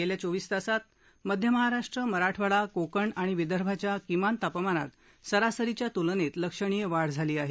गेल्या चोवीस तासात मध्य महाराष्ट्र मराठवाडा कोकण आणि विदर्भाच्या किमान तापमानात सरासरीच्या तुलनेत लक्षणीय वाढ झाली आहे